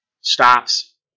stops